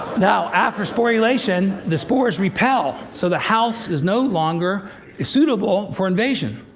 now after sporulation, the spores repel. so, the house is no longer ah suitable for invasion.